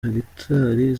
hegitari